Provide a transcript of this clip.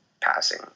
passing